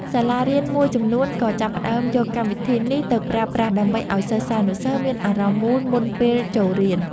សាលារៀនមួយចំនួនក៏ចាប់ផ្តើមយកកម្មវិធីនេះទៅប្រើប្រាស់ដើម្បីឱ្យសិស្សានុសិស្សមានអារម្មណ៍មូលមុនពេលចូលរៀន។